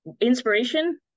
inspiration